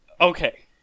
Okay